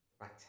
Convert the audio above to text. Right